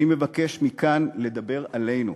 אני מבקש מכאן לדבר עלינו,